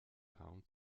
kaum